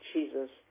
Jesus